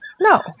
no